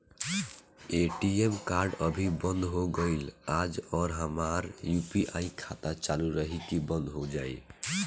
ATM card अभी बंद हो गईल आज और हमार यू.पी.आई खाता चालू रही की बन्द हो जाई?